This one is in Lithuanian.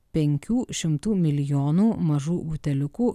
penkių šimtų milijonų mažų buteliukų